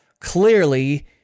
Clearly